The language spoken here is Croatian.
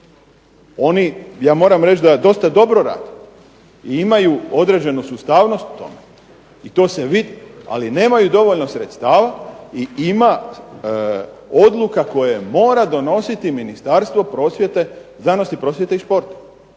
Ja moram reći da dosta dobro rade i imaju određenu sustavnost u tome i to se vidi, ali nemaju dovoljno sredstava i ima odluka koje mora donositi Ministarstvo znanosti, prosvjete i športa,